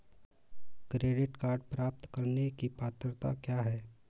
Credit card प्राप्त करने की पात्रता क्या है?